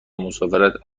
مسافرت